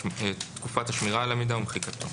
תקופת השמירה של המידע ומחיקתו".